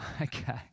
okay